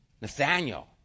Nathaniel